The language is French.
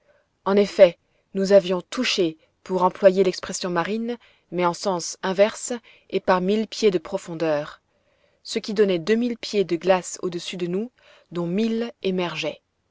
en effet nous avions touché pour employer l'expression marine mais en sens inverse et par mille pieds de profondeur ce qui donnait deux mille pieds de glaces au-dessus de nous dont mille émergeaient